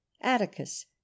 atticus